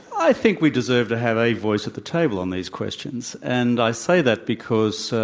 i think we deserve to have a voice at the table on these questions. and i say that because so